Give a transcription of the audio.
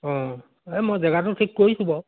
অঁ এই মই জেগাটো ঠিক কৰিছোঁ বাৰু